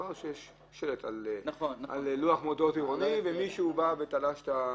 מדובר שיש שלט על לוח מודעות עירוני ומישהו בא ותלש.